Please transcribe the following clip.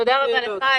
תודה רבה לך,